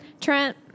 Trent